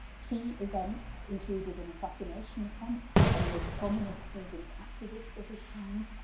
key events included an assassination attempt on the most prominent student activist of his time,